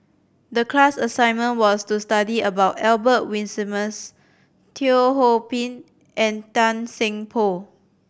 the class assignment was to study about Albert Winsemius Teo Ho Pin and Tan Seng Poh